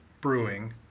brewing